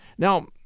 Now